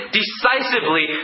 decisively